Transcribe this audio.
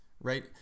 right